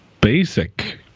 basic